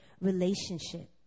relationship